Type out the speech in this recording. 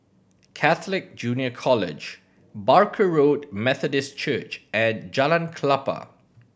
Catholic Junior College Barker Road Methodist Church and Jalan Klapa